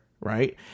Right